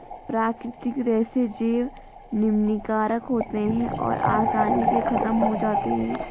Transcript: प्राकृतिक रेशे जैव निम्नीकारक होते हैं और आसानी से ख़त्म हो जाते हैं